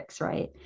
Right